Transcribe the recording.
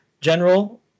general